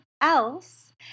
else